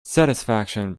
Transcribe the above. satisfaction